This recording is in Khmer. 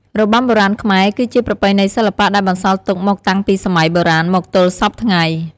របាំបុរាណខ្មែរ គឺជាប្រពៃណីសិល្បៈដែលបន្សល់ទុកមកតាំងពីសម័យបុរាណមកទល់សព្វថ្ងៃ។